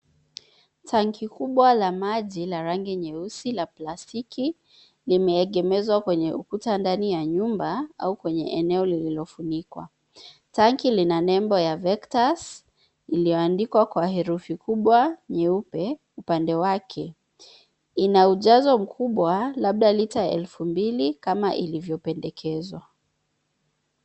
Tangi kubwa la maji la rangi nyeusi la plastiki, limeegemezwa kwenye ukuta ndani ya nyumba au kwenye eneo lililofunikwa. Tangi lina nembo ya vectus, lililoandikwa kwa herufi kubwa nyeupe upande wake. Ina ujazo mkubwa labda lita elfu mbili kama ilivyopendekezwa.